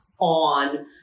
on